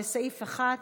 לסעיף 1,